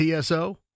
TSO